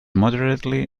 moderately